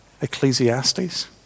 Ecclesiastes